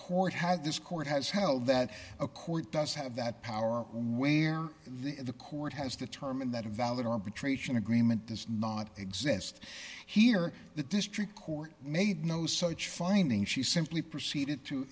court had this court has held that a court does have that power where the court has determined that a valid arbitration agreement does not exist here the district court made no such finding she said proceeded to